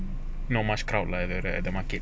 not much crowd like like at the market